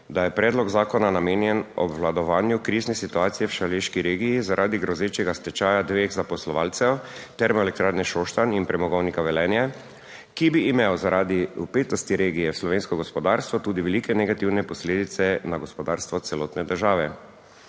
da je predlog zakona namenjen obvladovanju krizne situacije v Šaleški regiji zaradi grozečega stečaja dveh zaposlovalcev Termoelektrarne Šoštanj in Premogovnika Velenje, ki bi imel zaradi vpetosti regije v slovensko gospodarstvo tudi velike negativne posledice na gospodarstvo celotne države.